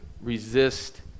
resist